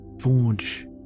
forge